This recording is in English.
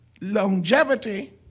longevity